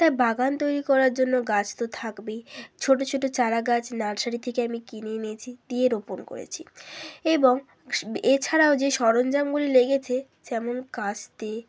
তা বাগান তৈরি করার জন্য গাছ তো থাকবেই ছোট ছোট চারাগাছ নার্সারি থেকে আমি কিনে এনেছি দিয়ে রোপণ করেছি এবং এছাড়াও যে সরঞ্জামগুলি লেগেছে যেমন কাস্তে